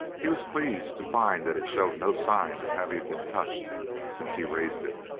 he was pleased to find that it showed no signs of having been touched since he raised it.